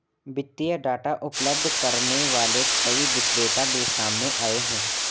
वित्तीय डाटा उपलब्ध करने वाले कई विक्रेता भी सामने आए हैं